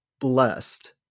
blessed